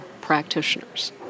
practitioners